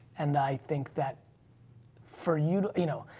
and i think that for you, you know,